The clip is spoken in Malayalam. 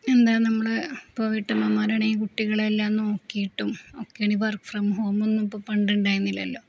എന്താണ് നമ്മള് ഇപ്പോള് വീട്ടമ്മമാരാണെങ്കില് കുട്ടികളെല്ലാം നോക്കിയിട്ടും ഒക്കെയാണ് വർക്ക് ഫ്രം ഹോമൊന്നും ഇപ്പോള് പണ്ടുണ്ടായിരുന്നില്ലല്ലോ